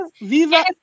Viva